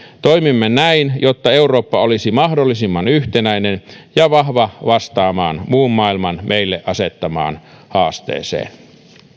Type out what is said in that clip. toimimme näin jotta eurooppa olisi mahdollisimman yhtenäinen ja vahva vastaamaan muun maailman meille asettamaan haasteeseen